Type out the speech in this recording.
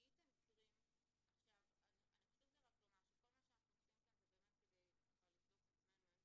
חשוב לי לומר שכל מה שאנחנו עושים כאן זה כדי לבדוק את עצמנו,